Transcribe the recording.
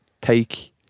take